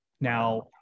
Now